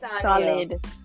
solid